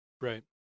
Right